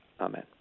Amen